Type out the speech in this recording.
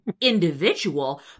individual